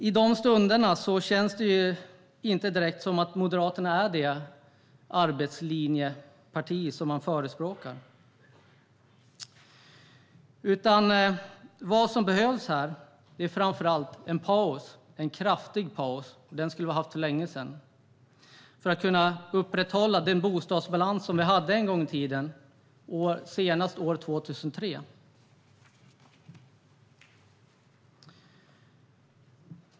I dessa stunder känns det inte direkt som att Moderaterna är det parti som förespråkar arbetslinjen. Vad som behövs här är framför allt en kraftig paus - den skulle vi ha haft för länge sedan - för att vi ska kunna upprätthålla den bostadsbalans som vi hade en gång i tiden, senast år 2003.